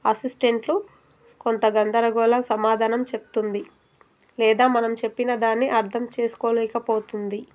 అసిస్టెంట్లు కొంత గందరగోళ సమాధానం చెబుతుంది లేదా మనం చెప్పిన దాన్ని అర్థం చేసుకోలేకపోతుంది